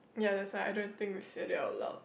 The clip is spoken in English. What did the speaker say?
ya that's why I don't think we said it out loud